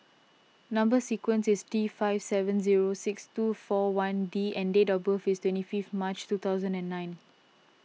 Number Sequence is T five seven zero six two four one D and date of birth is twenty fifth March two thousand and nine